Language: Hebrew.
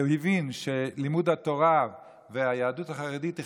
והוא הבין שלימוד התורה והיהדות החרדית הם